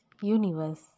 universe